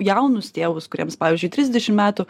jaunus tėvus kuriems pavyzdžiui trisdešim metų